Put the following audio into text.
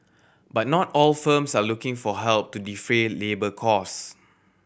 but not all firms are looking for help to defray labour costs